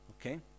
Okay